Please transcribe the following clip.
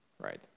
Right